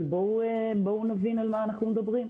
אבל בואו נבין על מה אנחנו מדברים.